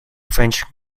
french